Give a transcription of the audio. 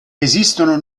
esistono